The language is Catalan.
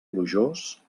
plujós